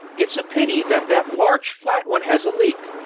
it's a pity that that large flat one has a leak,